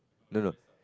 no no